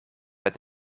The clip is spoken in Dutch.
met